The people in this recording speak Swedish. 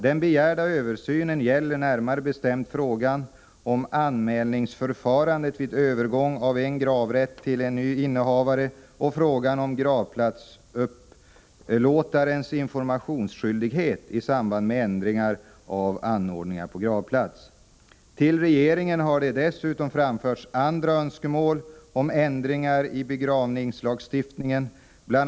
Den begärda översynen gäller närmare bestämt frågan om anmälningsförfarandet vid övergång av en gravrätt till en ny innehavare och frågan om gravplatsupplåtarens informationsskyldighet i samband med ändringar av anordningar på gravplats. Till regeringen har det dessutom framförts andra önskemål om ändringar i begravningslagstiftningen. Bl.